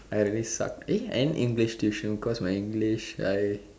I really sucked eh and English tuition because my English I